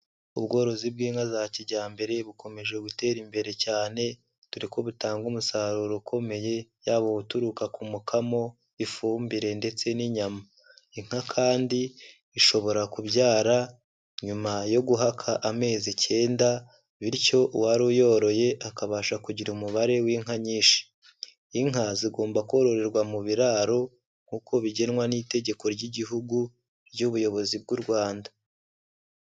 Ubworozi bw'inka za kijyambere bukomeje gutera imbere cyane, dore ko butanga umusaruro ukomeye, yaba uturuka kumukamo, ifumbire ndetse n'inyama. Inka kandi, ishobora kubyara, nyuma yo guhaka amezi icyenda, bityo uwari uyoroye akabasha kugira umubare w'inka nyinshi. Inka zigomba kororerwa mu biraro, nk'uko bigenwa n'itegeko ry'igihugu ry'ubuyobozi bw'u Rwanda.